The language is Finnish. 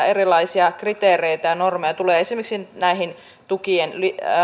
erilaisia kriteereitä ja normeja tulee esimerkiksi tukien